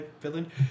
villain